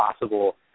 possible